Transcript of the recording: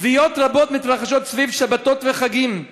כוויות רבות מתרחשות סביב שבתות וחגים,